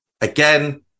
Again